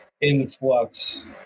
influx